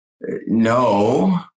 No